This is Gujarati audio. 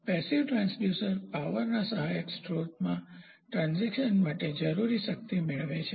પેસીવનિષ્ક્રિય ટ્રાંસડ્યુસર્સ પાવરના સહાયક સ્રોતમાંથી ટ્રાન્સડિક્શન માટે જરૂરી શક્તિ મેળવે છે